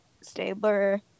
Stabler